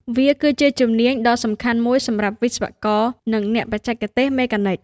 វាគឺជាជំនាញដ៏សំខាន់មួយសម្រាប់វិស្វករ និងអ្នកបច្ចេកទេសមេកានិច។